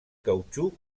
cautxú